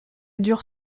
dure